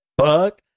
fuck